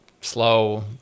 slow